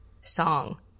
song